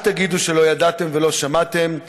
אל תגידו שלא ידעתם ולא שמעתם.